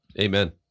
amen